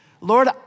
Lord